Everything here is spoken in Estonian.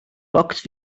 kaks